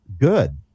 Good